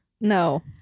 No